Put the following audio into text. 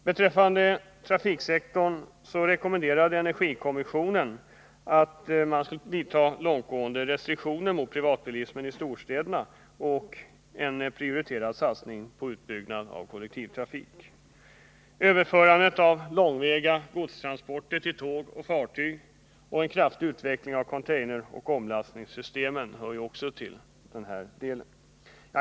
Beträffande trafiksektorn rekommenderade energikommissionen att man skulle införa långtgående restriktioner mot privatbilismen i storstäderna och en prioriterad satsning på utbyggnad av kollektiv trafik. Överförandet av långväga godstransporter till tåg och fartyg och en kraftig utveckling av containeroch omlastningssystem hör också till den här delen.